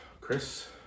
Chris